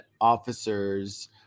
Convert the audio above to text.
officers